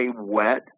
wet